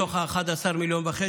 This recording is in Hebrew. מתוך ה-11.5 מיליון,